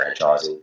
franchising